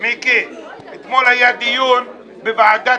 אתמול היה בוועדת